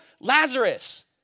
Lazarus